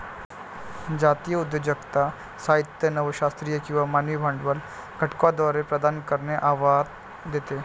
जातीय उद्योजकता साहित्य नव शास्त्रीय किंवा मानवी भांडवल घटकांद्वारे प्रदान करणे हे आव्हान देते